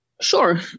Sure